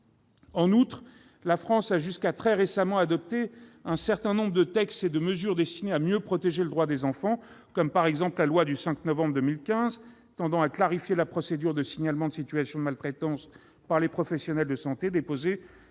En outre, la France a jusque très récemment adopté un certain nombre de textes et de mesures destinés à mieux protéger les droits des enfants, comme la loi du 5 novembre 2015 tendant à clarifier la procédure de signalement de situations de maltraitance par les professionnels de santé, initiée